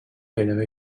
gairebé